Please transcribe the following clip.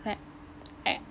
like